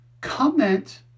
comment